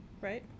right